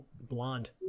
blonde